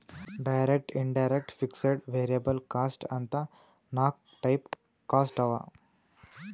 direct, indirect, fixed, variable cost ಅಂತ್ ನಾಕ್ type cost ಅವಾ